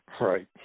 Right